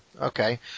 Okay